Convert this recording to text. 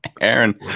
Aaron